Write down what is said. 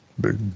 big